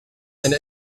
and